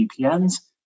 VPNs